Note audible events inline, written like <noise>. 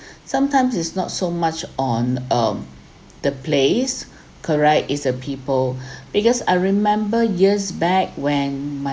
<breath> sometimes is not so much on um the place <breath> correct is the people <breath> because I remember years back when my